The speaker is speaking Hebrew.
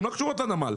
הן לא קשורות לנמל.